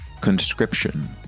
Conscription